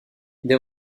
des